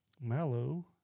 Mallow